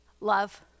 love